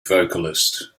vocalist